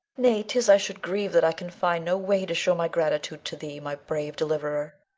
nay, tis i should grieve that i can find no way to show my gratitude to thee, my brave deliverer.